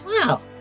Wow